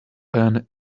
pan